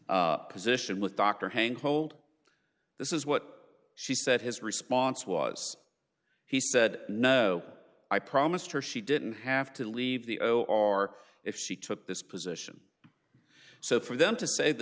position with dr hank hold this is what she said his response was he said no i promised her she didn't have to leave the o r if she took this position so for them to say the